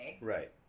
right